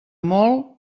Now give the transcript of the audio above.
molt